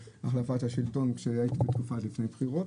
החלפת השלטון כשהיית בתקופה לפני הבחירות,